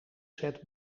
set